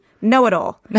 Know-it-all